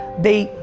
they,